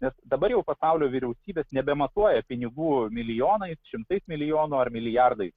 nes dabar jau pasaulio vyriausybės nebematuoja pinigų milijonais šimtais milijonų ar milijardais